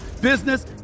business